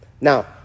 Now